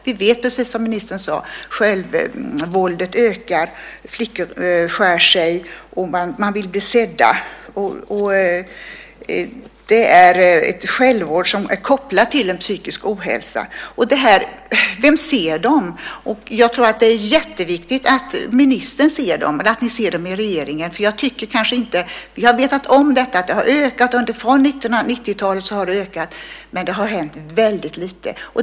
Vi vet, precis som ministern sade, att självvåldet ökar. Flickor skär sig. Man vill bli sedd. Det är ett självvåld som är kopplat till en psykisk ohälsa. Vem ser dem? Jag tror att det är jätteviktigt att ministern ser dem, att ni i regeringen ser dem. Vi har från 1990-talet vetat om att detta har ökat, men det har hänt väldigt lite.